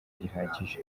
gihagije